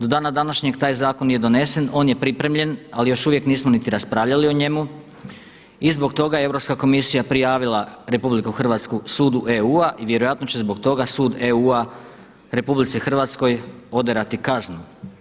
Do dana današnjeg taj zakon nije donesen, on je pripremljen ali još uvijek nismo niti raspravljali o njemu i zbog toga je Europska komisija prijavila RH sudu EU-a i vjerojatno će zbog toga sud EU-a RH oderati kaznu.